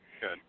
Good